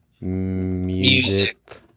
music